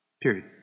Period